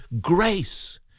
grace